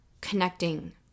connecting